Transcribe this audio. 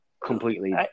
completely